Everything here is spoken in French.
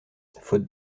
faute